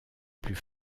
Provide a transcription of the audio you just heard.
plus